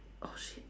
oh shit